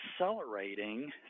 accelerating